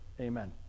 Amen